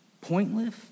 pointless